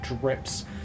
drips